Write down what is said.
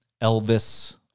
Elvis